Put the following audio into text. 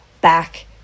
back